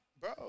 Bro